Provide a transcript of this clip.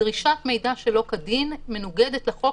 דרישת מידע שלא כדין מנוגדת לחוק,